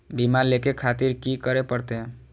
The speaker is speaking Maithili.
बीमा लेके खातिर की करें परतें?